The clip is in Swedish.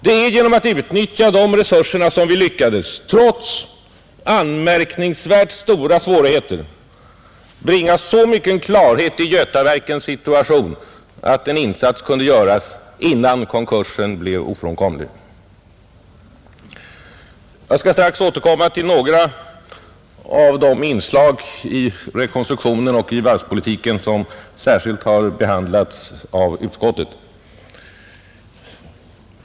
Det är genom att utnyttja de resurserna som vi trots anmärkningsvärt stora svårigheter lyckats bringa så mycken klarhet i Götaverkens situation att en insats kunde göras innan konkursen blev ofrånkomlig. Jag skall strax återkomma till några av de inslag i rekonstruktionen och i varvspolitiken som särskilt har behandlats av utskottet.